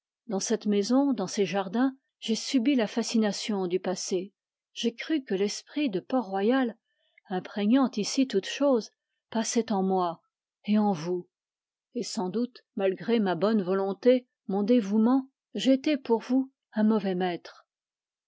dans cette maison dans ces jardins j'ai subi la fascination du passé j'ai cru que l'esprit de port-royal imprégnant ici toutes choses passait en moi et en vous et sans doute malgré ma bonne volonté mon dévouement ai-je été pour vous un mauvais maître